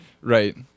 Right